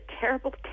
terrible